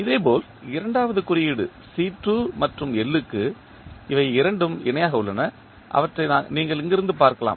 இதேபோல் இரண்டாவது குறியீடு C2 மற்றும் L க்கு இவை இரண்டும் இணையாக உள்ளன அவற்றை நீங்கள் இங்கிருந்து பார்க்கலாம்